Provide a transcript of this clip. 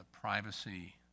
privacy